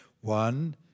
one